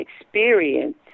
experience